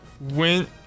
went